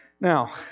Now